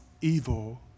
evil